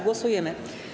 Głosujemy.